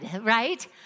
right